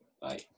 Bye